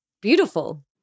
beautiful